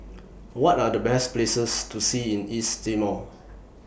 What Are The Best Places to See in East Timor